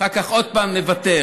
אחר כך עוד פעם: תוותר.